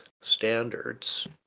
standards